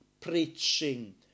preaching